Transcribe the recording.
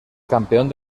campeón